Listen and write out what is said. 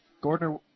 Gardner